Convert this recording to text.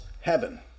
heaven